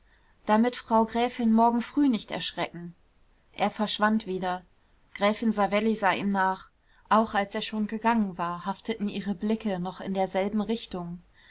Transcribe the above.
damit frau gräfin morgen früh nicht erschrecken er verschwand wieder gräfin savelli sah ihm nach auch als er schon gegangen war hafteten ihre blicke noch in derselben richtung